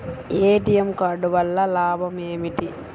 ATM card వల్ల లాభం ఏమిటి?